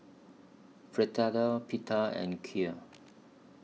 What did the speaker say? Fritada Pita and Kheer